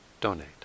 donate